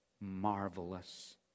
marvelous